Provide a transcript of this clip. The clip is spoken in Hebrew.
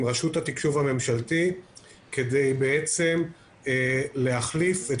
עם רשות התקשוב הממשלתית כדי בעצם להחליף את